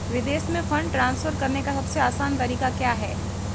विदेश में fund transfer करने का सबसे आसान तरीका क्या है?